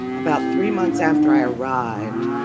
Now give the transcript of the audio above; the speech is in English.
about three months after i arrived.